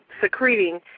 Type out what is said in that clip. secreting